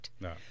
No